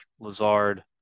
Lazard